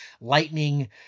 lightning